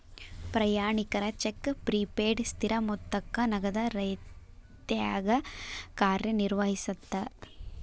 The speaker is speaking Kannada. ಪ್ರಯಾಣಿಕರ ಚೆಕ್ ಪ್ರಿಪೇಯ್ಡ್ ಸ್ಥಿರ ಮೊತ್ತಕ್ಕ ನಗದ ರೇತ್ಯಾಗ ಕಾರ್ಯನಿರ್ವಹಿಸತ್ತ